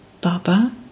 Baba